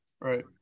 Right